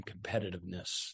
competitiveness